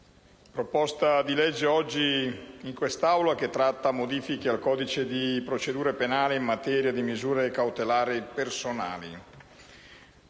proposta di legge oggi all'esame di questa Assemblea tratta modifiche al codice di procedura penale in materia di misure cautelari personali,